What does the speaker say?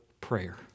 prayer